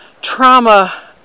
trauma